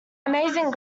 amazing